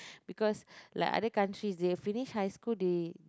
because like other countries they finish high school they